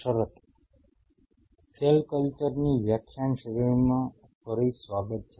cell કલ્ચરની વ્યાખ્યાન શ્રેણીમાં ફરી સ્વાગત છે